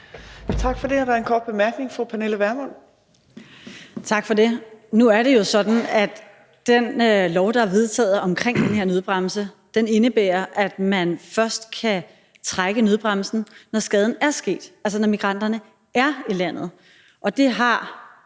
Tak for det. Nu er det jo sådan, at den lov, der er vedtaget om den her nødbremse, indebærer, at man først kan trække i nødbremsen, når skaden er sket, altså når migranterne er i landet.